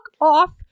off